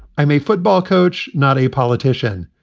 i'm a football coach, not a politician.